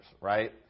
right